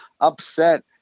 upset